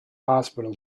hospital